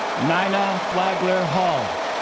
nina flagler hall